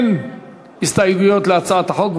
אין הסתייגויות להצעת החוק,